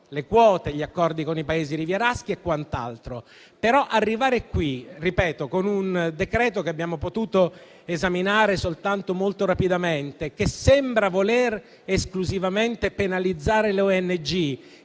le quote, gli accordi con i Paesi rivieraschi e quant'altro. Arrivare qui - ripeto - con un decreto-legge che abbiamo potuto esaminare soltanto molto rapidamente, che sembra voler esclusivamente penalizzare le ONG,